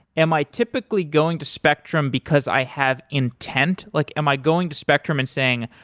am i typically going to spectrum because i have intent? like am i going to spectrum and saying,